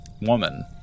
woman